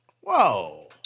Whoa